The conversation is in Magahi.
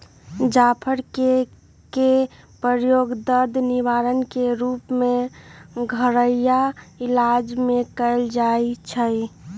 जाफर कें के प्रयोग दर्द निवारक के रूप में घरइया इलाज में कएल जाइ छइ